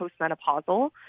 postmenopausal